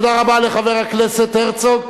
תודה רבה לחבר הכנסת הרצוג,